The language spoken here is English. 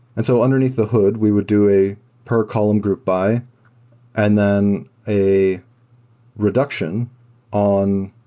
and so underneath the hood, we would do a per column group by and then a reduction on